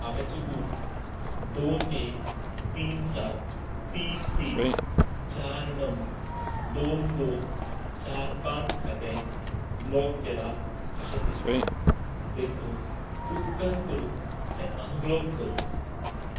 हांवें चुकून दोन एक तीन सात तीन तीन चार णव दोन दोन चार पांच खातें ब्लॉक केलां अशें दिसता देखून उपकार करून तें अनब्लॉक कर